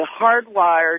hardwired